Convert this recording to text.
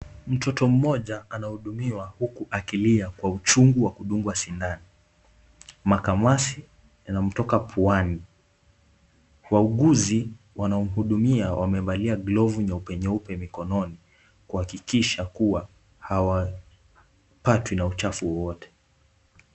Mtoto mmoja anahudumiwa huku akilia kwa uchungu wa kudungwa sindano. Makamasi yanamtoka puani. Wauguzi wanaomhudumia wamevalia glovu nyeupe nyeupe mkononi kuhakikisha kuwa hawapatwi na uchafu wowote.